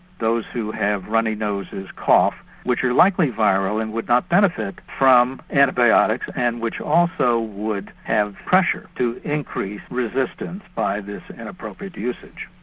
those who have runny noses, coughs, which are likely viral and would not benefit from antibiotics and which also would have pressure to increase resistance by this inappropriate usage.